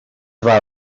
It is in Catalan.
val